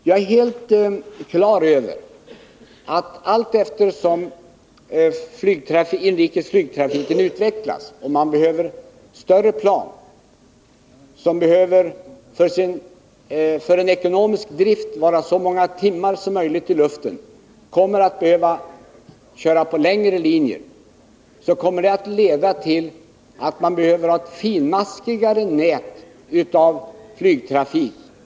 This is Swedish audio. Jag är helt på det klara med att allteftersom inrikesflygtrafiken utvecklas och man behöver större plan som, för att driften skall bli ekonomisk, måste vara så många timmar som möjligt i luften och följaktligen kommer att behöva köras på längre linjer, kommer det att leda till att man behöver ha ett finmaskigare flygtrafiknät.